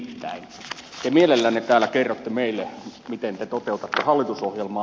nimittäin te mielellänne täällä kerrotte meille miten te toteutatte hallitusohjelmaa